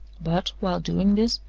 but, while doing this,